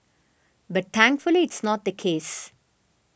but thankfully it's not the case